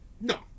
No